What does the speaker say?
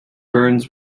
burns